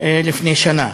מלפני שנה,